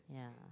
yeah